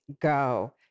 go